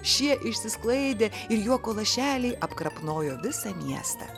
šie išsisklaidė ir juoko lašeliai apkrapnojo visą miestą